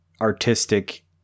artistic